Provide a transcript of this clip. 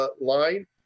line